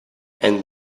and